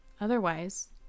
Otherwise